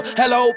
hello